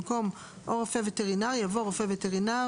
במקום "או רופא וטרינר" יבוא "רופא וטרינר,